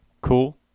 Cool